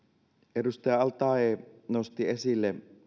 edustaja al taee nosti esille